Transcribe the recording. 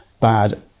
bad